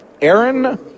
Aaron